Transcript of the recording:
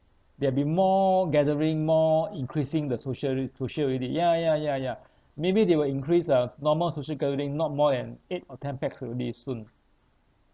there'll be more gathering more increasing the social the social already ya ya ya ya maybe they will increase uh normal social gathering not more than eight or ten pax already soon